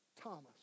Thomas